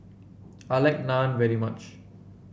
I like Naan very much